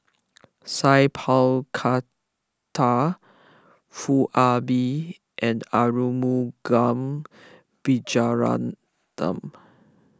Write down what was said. Sat Pal Khattar Foo Ah Bee and Arumugam Vijiaratnam